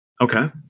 Okay